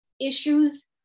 issues